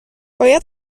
باید